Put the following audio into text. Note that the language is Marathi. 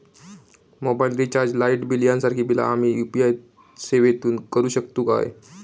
मोबाईल रिचार्ज, लाईट बिल यांसारखी बिला आम्ही यू.पी.आय सेवेतून करू शकतू काय?